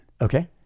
Okay